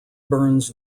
burns